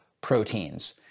proteins